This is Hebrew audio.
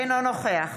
אינו נוכח